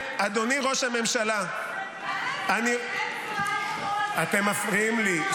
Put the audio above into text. אדוני ראש הממשלה ------ אתם מפריעים לי.